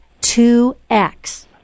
2X